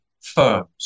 firms